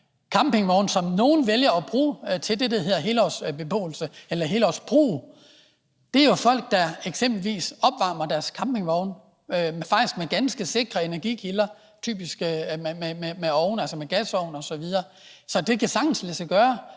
campingvogne, som nogle vælger at bruge til det, der hedder helårsbeboelse eller helårsbrug, er der jo tale om folk, der eksempelvis opvarmer deres campingvogne faktisk med ganske sikre energikilder, typisk med ovne, altså med gasovne osv. Så det kan sagtens lade sig gøre,